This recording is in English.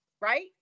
right